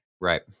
Right